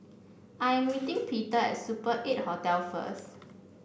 I am meeting Peter at Super Eight Hotel first